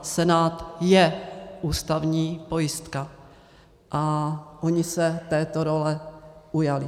Senát je ústavní pojistka a oni se této role ujali.